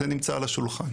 זה נמצא על השולחן.